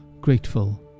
grateful